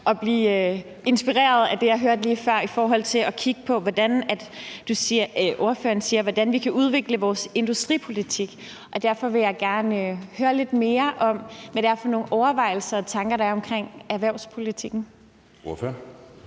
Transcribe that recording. at blive inspireret af det, jeg hørte lige før, i forhold til det, ordføreren siger, med, hvordan vi kan udvikle vores industripolitik. Derfor vil jeg gerne høre lidt mere om, hvad det er for nogle overvejelser og tanker, der er omkring erhvervspolitikken. Kl.